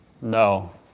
No